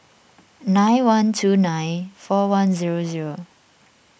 nine one two nine four one zero zero